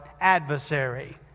adversary